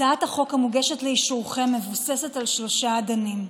הצעת החוק המוגשת לאישורכם מבוססת על שלושה אדנים: